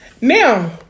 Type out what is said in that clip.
now